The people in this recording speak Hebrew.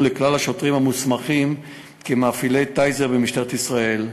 לכלל השוטרים המוסמכים כמפעילי "טייזר" במשטרת ישראל.